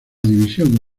división